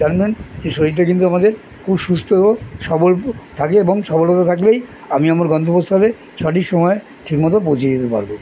জানবেন এই শরীরটা কিন্তু আমাদের খুব সুস্থ ও সবল থাকে এবং সফলতা থাকলেই আমি আমার গন্তব্যস্থলে সঠিক সময়ে ঠিকমতো পৌঁছে দিতে পারবো